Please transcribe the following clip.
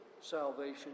salvation